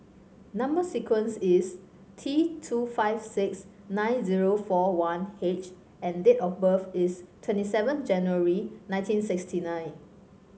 number sequence is T two five six nine zero four one H and date of birth is twenty seven January nineteen sixty nine